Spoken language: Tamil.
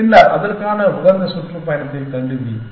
பின்னர் அதற்கான உகந்த சுற்றுப்பயணத்தைக் கண்டுபிடி